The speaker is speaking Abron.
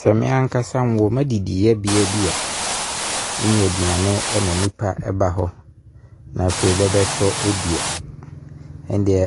Sɛ me ankasa me wɔ ma didieɛbea bi a, nyɛ aduane ma nipa ba hɔ a, na afei bɛbɛtɔ di a, me deɛ